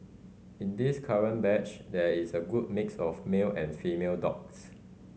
in this current batch there is a good mix of male and female dogs